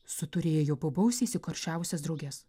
suturėjo bobausė įsikarščiavusias drauges